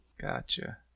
Gotcha